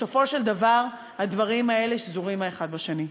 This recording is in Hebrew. בסופו של דבר הדברים האלה שזורים האחד בשני.